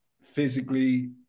physically